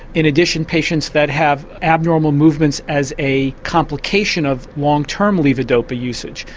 in addition patients that have abnormal movements as a complication of long term levodopa usage,